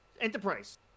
Enterprise